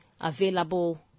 available